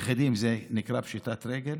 יחידים, זה נקרא פשיטת רגל,